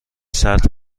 سطل